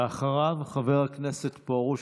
בבקשה, ואחריו, חבר הכנסת פרוש.